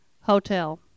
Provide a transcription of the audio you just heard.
Hotel